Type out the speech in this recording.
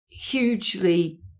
Hugely